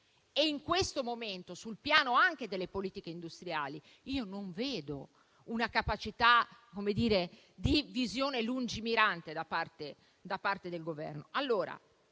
In questo momento anche sul piano anche delle politiche industriali non vedo una capacità di visione lungimirante da parte del Governo.